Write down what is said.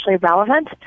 relevant